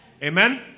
Amen